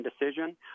decision